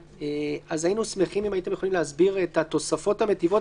היינו שמחים אם הייתם יכולים להסביר את התוספות המיטיבות,